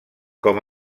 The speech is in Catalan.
com